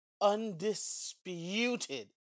undisputed